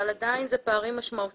אבל עדיין זה פערים משמעותיים.